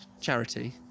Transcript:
Charity